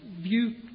view